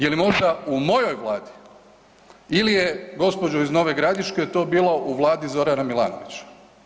Je li možda u mojoj Vladi ili je gospođo iz Nove Gradiške to bilo u vladi Zorana Milanovića?